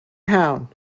pound